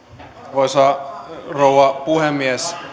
arvoisa rouva puhemies